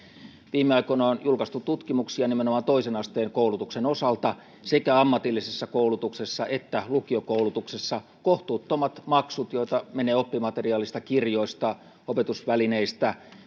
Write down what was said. viime aikoina on julkaistu tutkimuksia nimenomaan toisen asteen koulutuksen osalta sekä ammatillisessa koulutuksessa että lukiokoulutuksessa kohtuuttomat maksut joita menee oppimateriaalista kirjoista opetusvälineistä